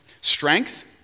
strength